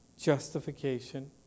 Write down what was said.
justification